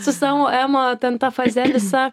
su savo ema ten ta fraze visa